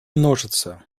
множится